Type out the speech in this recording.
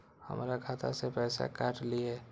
हमर खाता से पैसा काट लिए?